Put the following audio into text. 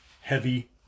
heavy